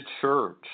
church